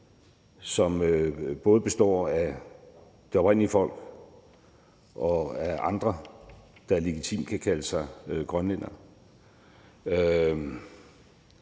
som består af både det oprindelige folk og andre, der legitimt kan kalde sig grønlændere.